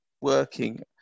working